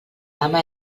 dama